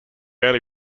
early